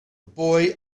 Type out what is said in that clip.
boy